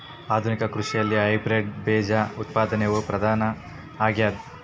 ಆಧುನಿಕ ಕೃಷಿಯಲ್ಲಿ ಹೈಬ್ರಿಡ್ ಬೇಜ ಉತ್ಪಾದನೆಯು ಪ್ರಧಾನ ಆಗ್ಯದ